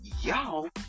y'all